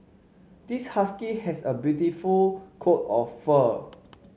this husky has a beautiful coat of fur